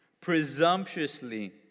presumptuously